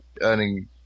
Earning